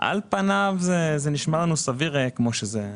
על פניו זה נשמע לנו סביר כפי שזה.